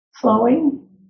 Flowing